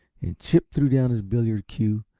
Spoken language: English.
and chip threw down his billiard cue,